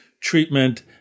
treatment